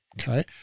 okay